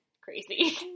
crazy